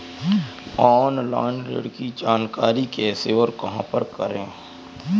Online ऋण की जानकारी कैसे और कहां पर करें?